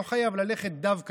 לא חייב ללכת דווקא.